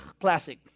classic